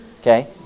Okay